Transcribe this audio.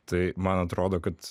tai man atrodo kad